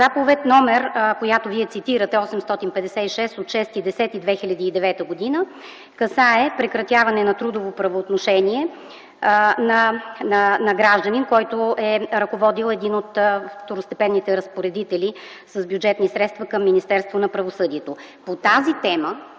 Заповедта, която Вие цитирате, № 856 от 06.10.2009 г. касае прекратяване на трудово правоотношение на гражданин, който е ръководил един от второстепенните разпоредители с бюджетни средства към Министерство на правосъдието. По тази тема,